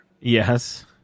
Yes